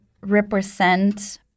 represent